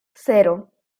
cero